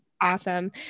Awesome